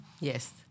Yes